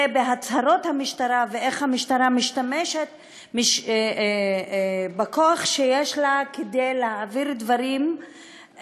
בהצהרות המשטרה ואיך המשטרה משתמשת בכוח שיש לה כדי להעביר דברים,